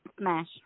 Smash